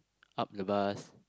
up the bus